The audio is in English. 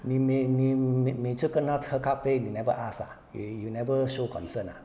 你每你每每次跟她喝咖啡你 never ask ah you you never show concern ah